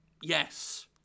Yes